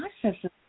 processes